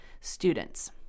students